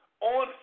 on